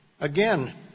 again